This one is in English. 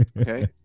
Okay